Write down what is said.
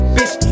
Bitch